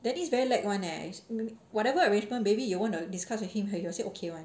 dennis very lag [one] eh whatever arrangement maybe you want to discuss with him he will say okay [one]